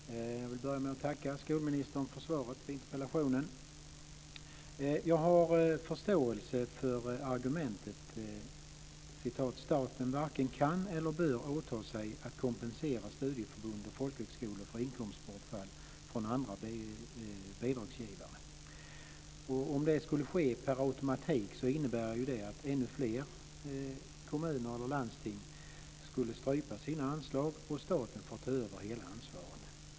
Fru talman! Jag vill börja med att tacka skolministern för svaret på interpellationen. Jag har förståelse för argumentet "staten varken kan eller bör åta sig att kompensera studieförbund och folkhögskolor för inkomstbortfall från andra bidragsgivare". Om det skulle ske per automatik innebär det att ännu fler kommuner och landsting skulle strypa sina anslag och att staten skulle få ta över hela ansvaret.